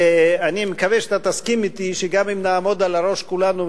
אני מקווה שאתה תסכים אתי שגם אם נעמוד על הראש כולנו,